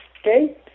okay